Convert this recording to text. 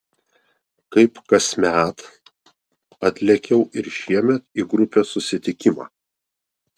kaip kasmet atlėkiau ir šiemet į grupės susitikimą